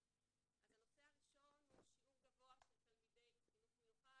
אז הנושא הראשון הוא שיעור גבוה של תלמידי חינוך מיוחד